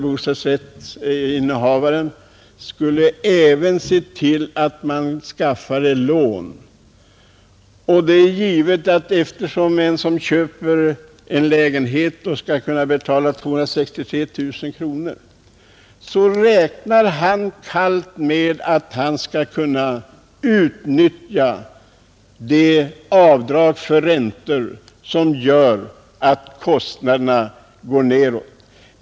Bostadsrättsinnehavaren skulle betala en del men dessutom skaffa lån. Den som köper en lägenhet för 263 000 kronor räknar helt kallt med att han skall kunna utnyttja de avdrag för räntor som gör att kostnaderna sjunker.